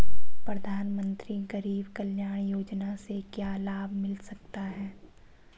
प्रधानमंत्री गरीब कल्याण योजना से क्या लाभ मिल सकता है?